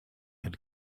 had